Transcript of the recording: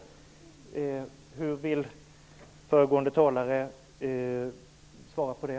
Hur vill föregående talare kommentera det?